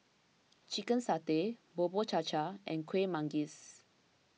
Chicken Satay Bubur Cha Cha and Kuih Manggis